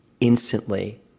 instantly